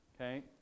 Okay